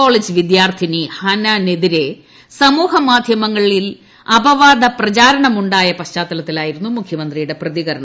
college വിദ്യാർത്ഥിനി ഹനാനെതിരെ സമൂഹ മാധ്യമങ്ങളിൽ അപവാദ പ്രചരണങ്ങളുണ്ടായ പശ്ചാത്തലത്തിലായിരുന്നു മുഖ്യമന്ത്രിയുടെ പ്രതികരണം